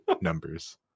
numbers